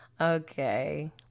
okay